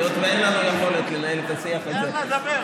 היות שאין לנו יכולת לנהל את השיח הזה בינינו,